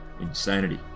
insanity